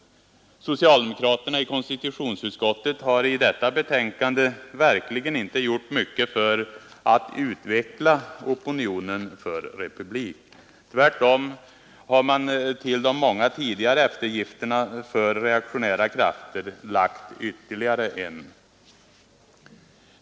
Socialdemokraterna i konstitutionsutskottet har i detta betänkande verkligen inte gjort mycket för att utveckla opinionen för republik. Tvärtom har man till de många tidigare eftergifterna för reaktionära krafter lagt ytterligare en.